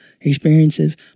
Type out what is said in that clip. experiences